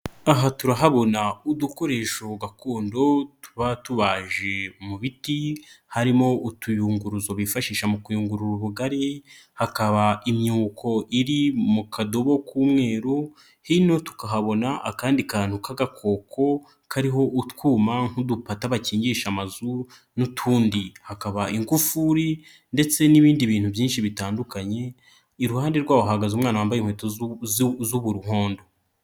Aha turahabona udukoresho gakondo tuba tubaje mu biti, harimo utuyunguruzo bifashisha mu kuyungurura ubugari hakaba imyuko iri mu kadobo k'umweru hino tukahabona akandi kantu k'agakoko kariho utwuma nk'udupata bakingisha amazu n'utundi. Hakaba ingufuri ndetse n'ibindi bintu byinshi bitandukanye iruhande rwaho hahagaze umwana wambaye inkweto z'umuhondo.